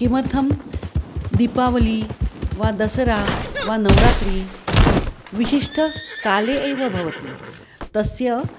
किमर्थं दीपावलिः वा दसरा वा नवरात्रिः विशिष्टकाले एव भवति तस्य